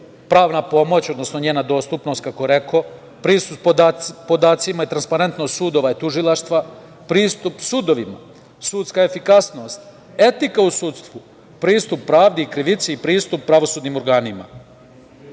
pravna pomoć, odnosno njena dostupnosti, kako rekoh, pristup podacima i transparentnost sudova i tužilaštva, pristup sudovima, sudska efikasnost, etika u sudstvu, pristup pravdi i krivici i pristup pravosudnim organima. Kako